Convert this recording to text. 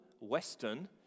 western